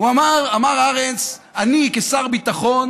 אמר ארנס: אני, כשר ביטחון